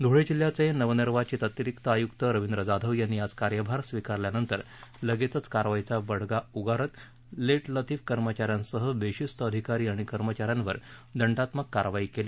ध्ळे जिल्ह्याचे नवनिवार्चित अतिरिक्त आयुक्त रविद्र जाधव यांनी आज कार्यभार स्वीकारल्यानंतर लगेचच कारवाईचा बडगा उगारत लेट लतिफ कर्मचाऱ्यांसह बेशिस्त अधिकारी आणि कर्मचाऱ्यांवर दंडात्मक कारवाई केली